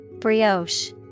Brioche